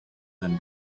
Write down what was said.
than